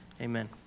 Amen